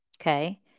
Okay